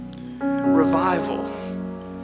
Revival